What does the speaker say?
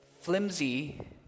flimsy